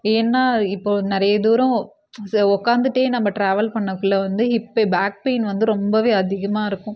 ஏன்னால் இப்போது நிறைய தூரம் உட்காந்துட்டே நம்ம ட்ராவல் பண்ணக்குள்ள வந்து ஹிப்பு பேக் பெய்ன் வந்து ரொம்பவே அதிகமாக இருக்கும்